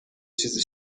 چیزی